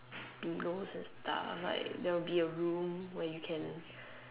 be girls and stuff like there will be a room where you can